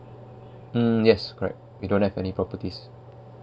mm yes correct we don't have any properties